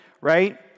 right